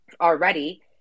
already